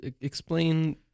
explain